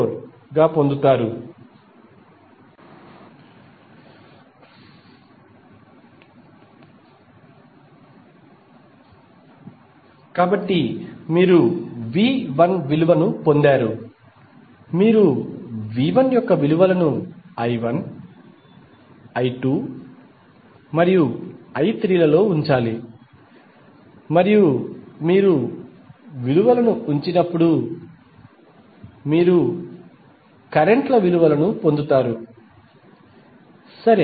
34 గా పొందుతారు కాబట్టి మీరు V1 విలువను పొందారు మీరు V1 యొక్క విలువలను I1 I2 మరియు I3 లలో ఉంచాలి మరియు మీరు విలువను ఉంచినప్పుడు మీరు కరెంట్ ల విలువలను పొందుతారు సరే